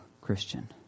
Christian